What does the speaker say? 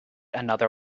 another